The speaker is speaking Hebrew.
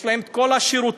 יש להם כל השירותים.